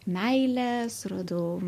meilę suradau